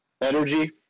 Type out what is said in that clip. Energy